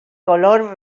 color